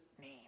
name